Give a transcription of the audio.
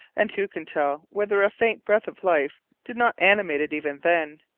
and who can tell whether a faint breath of life did not animate it even then?